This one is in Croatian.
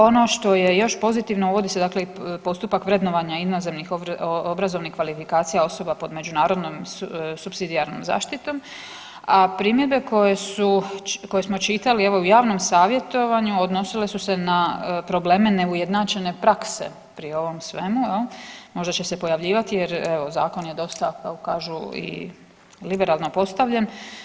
Ono što je još pozitivno, uvodi se dakle i postupak vrednovanja inozemnih obrazovnih kvalifikacija osoba pod međunarodnom supsidijarnom zaštitom, a primjedbe koje su, koje smo čitali evo u javnom savjetovanju odnosile su se na probleme neujednačene prakse pri ovom svemu jel, možda će se pojavljivati jer evo zakon je dosta kako kažu i liberalno postavljen.